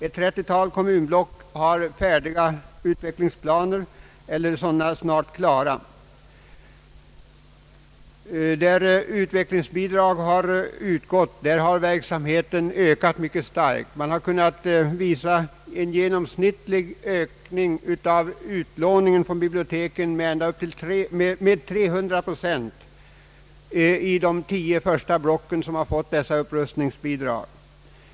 Ett 30-tal kommunblock har färdiga utvecklingsplaner eller sådana planer snart klara. Där utvecklingsbidrag utgått, har verksamheten ökat mycket starkt. Man har kunnat visa på en genomsnittlig ökning av utlåningen från biblioteken med 300 procent i de tio första block som fått detta upprustningsbidrag.